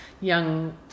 young